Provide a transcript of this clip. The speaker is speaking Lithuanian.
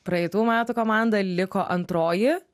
praeitų metų komanda liko antroji